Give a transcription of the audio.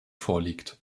vorliegt